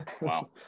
Wow